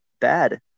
bad